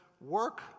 work